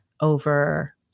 over